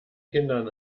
kindern